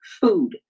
food